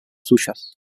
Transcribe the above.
suyas